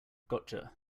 gotcha